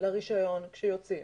לרישיון כשיוצאים,